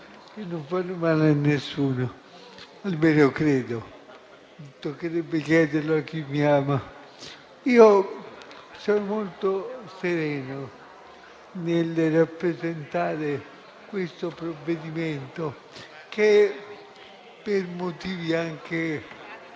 che non fanno male a nessuno, almeno credo, ma toccherebbe chiederlo a chi mi ama. Sono molto sereno nel rappresentare questo provvedimento che, per motivi anche…